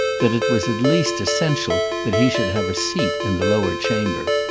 that it was at least essential that he should have a seat in the lower chamber.